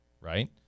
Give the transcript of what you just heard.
right